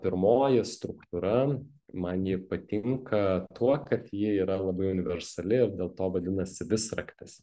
pirmoji struktūra man ji patinka tuo kad ji yra labai universali ir dėl to vadinasi visraktis